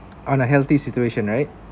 unhealthy situation right